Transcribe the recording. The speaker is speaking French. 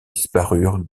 disparurent